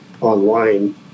online